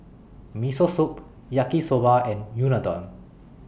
Miso Soup Yaki Soba and Unadon